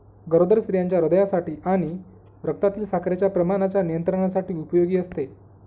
गरोदर स्त्रियांच्या हृदयासाठी आणि रक्तातील साखरेच्या प्रमाणाच्या नियंत्रणासाठी उपयोगी असते